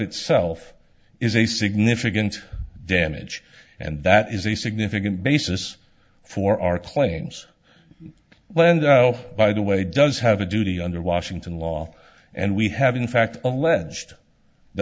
itself is a significant damage and that is a significant basis for our claims land by the way does have a duty under washington law and we have in fact alleged th